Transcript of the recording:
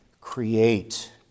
create